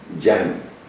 Jam